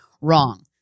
Wrong